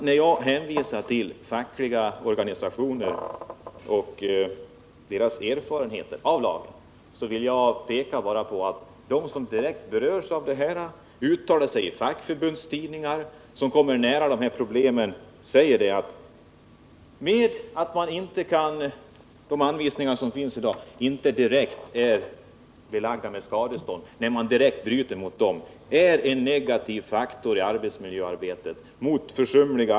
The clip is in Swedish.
När jag hänvisar till fackliga organisationer och deras erfarenheter av lagen vill jag bara peka på att de som direkt berörs, som uttalar sig i fackförbundstidningar och som kommer nära problemen säger att det är en negativ faktor i arbetsmiljöarbetet att det inte stadgas skadestånd för försumliga arbetsköpare, när de bryter mot de anvisningar som finns i dag.